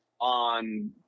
on